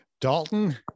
Dalton